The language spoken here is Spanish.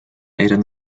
eran